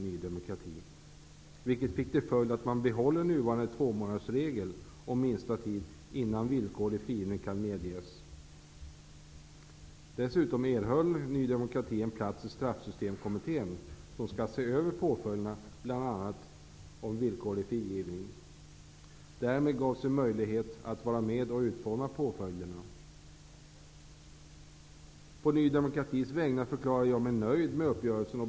Ny demokrati, vilket fick till följd att man behåller nuvarande tvåmånadersregel om minsta tid innan villkorlig frigivning kan medges. Dessutom erhöll Ny demokrati en plats i Straffsystemkommittén, som skall se över påföljderna, bl.a. av villkorlig frigivning. Därmed gavs vi möjlighet att vara med och utforma påföljderna. På Ny demokratis vägnar förklarar jag att vi är nöjda med uppgörelsen.